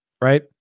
right